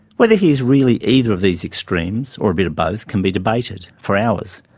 whether he is really either of these extremes, or a bit of both can be debated for hours.